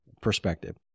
perspective